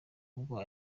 ubwo